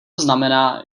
znamená